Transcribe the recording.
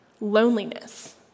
Loneliness